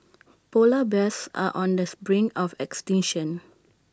Polar Bears are on this brink of extinction